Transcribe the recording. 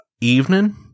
evening